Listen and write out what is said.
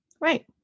Right